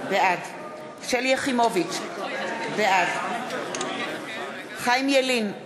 בעד שלי יחימוביץ, בעד חיים ילין,